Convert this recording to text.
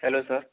hello sir